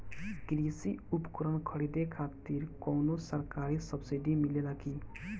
कृषी उपकरण खरीदे खातिर कउनो सरकारी सब्सीडी मिलेला की?